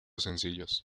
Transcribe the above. sencillos